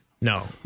No